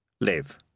Live